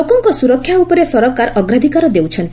ଲୋକଙ୍କ ସ୍ୱରକ୍ଷା ଉପରେ ସରକାର ଅଗ୍ରାଧିକାର ଦେଉଛନ୍ତି